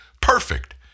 perfect